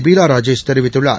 பீலாராஜேஷ் தெரிவித்துள்ளார்